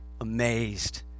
amazed